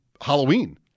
Halloween